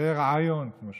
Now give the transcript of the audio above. זה רעיון, כמו שאומרים.